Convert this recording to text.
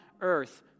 earth